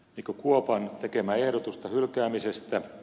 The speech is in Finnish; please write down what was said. mikko kuopan tekemää ehdotusta hylkäämisestä